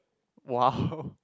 !wow!